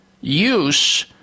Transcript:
use